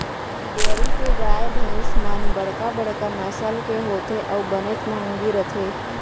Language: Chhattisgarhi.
डेयरी के गाय भईंस मन बड़का बड़का नसल के होथे अउ बनेच महंगी रथें